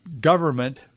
government